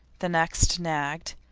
the next nagged,